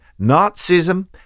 Nazism